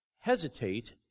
hesitate